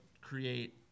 create